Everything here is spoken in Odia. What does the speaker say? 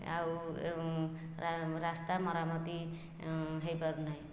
ଆଉ ରାସ୍ତା ମରାମତି ହେଉପାରୁ ନାହିଁ